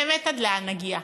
באמת עד לאן נגיע?